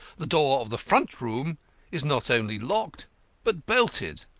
the door of the front room is not only locked but bolted.